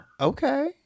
Okay